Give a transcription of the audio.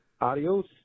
Adios